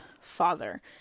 father